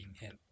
help